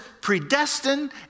predestined